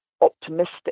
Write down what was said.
optimistic